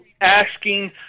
asking